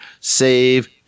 save